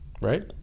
Right